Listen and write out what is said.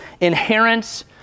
inherent